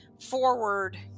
forward